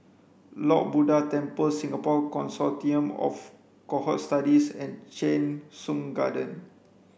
Lord Buddha Temple Singapore Consortium of Cohort Studies and Cheng Soon Garden